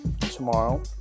tomorrow